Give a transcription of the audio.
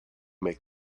make